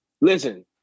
Listen